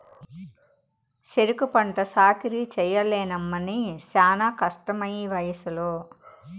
సెరుకు పంట సాకిరీ చెయ్యలేనమ్మన్నీ శానా కష్టమీవయసులో